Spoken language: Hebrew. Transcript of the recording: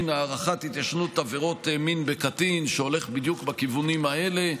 (הארכת התיישנות עבירות מין בקטין) שהולך בדיוק בכיוונים האלה.